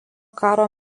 karo